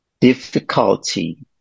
difficulty